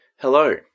Hello